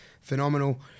Phenomenal